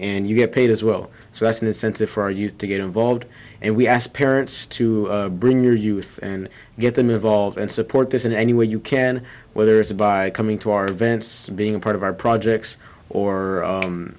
and you get paid as well so that's an incentive for you to get involved and we ask parents to bring your youth and get them involved and support this in any way you can whether it's a by coming to our events and being a part of our projects or